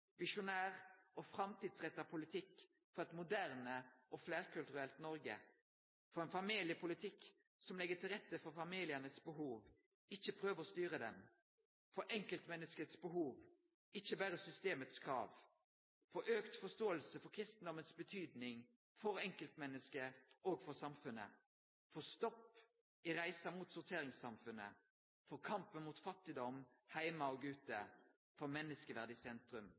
visjonær og framtidsretta politikk for eit moderne og fleirkulturelt Noreg for ein familiepolitikk som legg til rette for familianes behov, ikkje prøver å styre dei for enkeltmenneskets behov, ikkje berre systemets krav for auka forståing for kristendomens betyding for enkeltmennesket og for samfunnet for stopp i reisa mot sorteringssamfunnet for kampen mot fattigdom heime og ute for menneskeverdet i sentrum